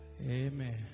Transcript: Amen